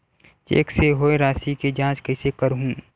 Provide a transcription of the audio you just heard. Cheque से होए राशि के जांच कइसे करहु?